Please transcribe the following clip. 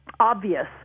obvious